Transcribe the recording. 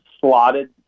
slotted